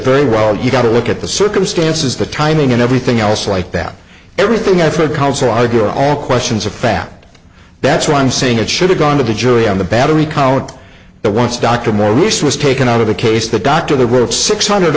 very well you've got to look at the circumstances the timing and everything else like that everything i've heard counsel argue all questions of fact that's why i'm saying it should have gone to the jury on the battery count the once dr morris was taken out of the case the doctor there were six hundred